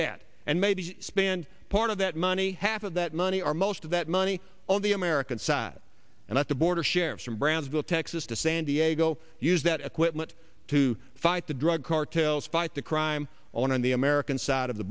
that and maybe spend part of that money half of that money or most of that money on the american side and at the border sheriffs from brownsville texas to san diego use that equipment to fight the drug cartels fight the crime on on the american side of the